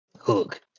Hook